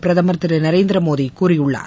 பிரதமர் திரு நரேந்திரமோடி கூறியுள்ளார்